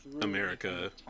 america